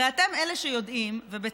הרי אתם אלה שיודעים, ובצדק,